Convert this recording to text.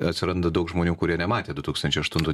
atsiranda daug žmonių kurie nematė du tūkstančiai aštuntų